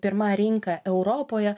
pirma rinka europoje